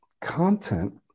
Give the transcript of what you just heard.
content